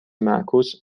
معکوس